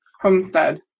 homestead